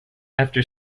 after